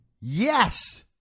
Yes